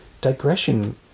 digression